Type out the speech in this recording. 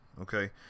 okay